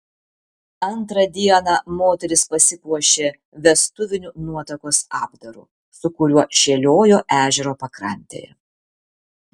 antrą dieną moteris pasipuošė vestuviniu nuotakos apdaru su kuriuo šėliojo ežero pakrantėje